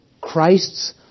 Christ's